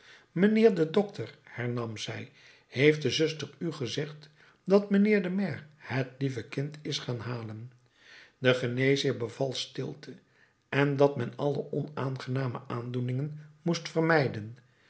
mijnheer de dokter hernam zij heeft de zuster u gezegd dat mijnheer de maire het lieve kind is gaan halen de geneesheer beval stilte en dat men alle onaangename aandoeningen moest vermijden